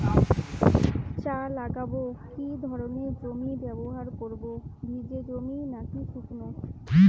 চা লাগাবো কি ধরনের জমি ব্যবহার করব ভিজে জমি নাকি শুকনো?